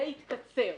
זה יתקצר.